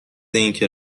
اینکه